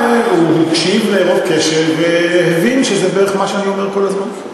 הוא הקשיב ברוב קשב והבין שזה מה שאני אומר כל הזמן.